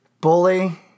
bully